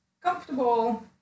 comfortable